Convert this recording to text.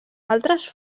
altres